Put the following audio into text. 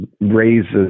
raises